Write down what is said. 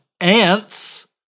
ants